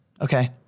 Okay